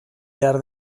behar